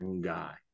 guy